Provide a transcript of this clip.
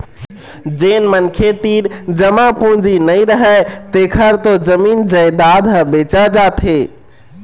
जेन मनखे तीर जमा पूंजी नइ रहय तेखर तो जमीन जयजाद ह बेचा जाथे